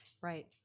Right